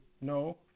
No